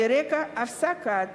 על רקע הפסקת